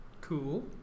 Cool